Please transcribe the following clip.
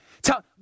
Tell